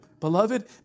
Beloved